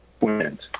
wins